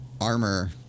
armor